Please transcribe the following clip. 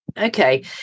Okay